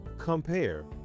compare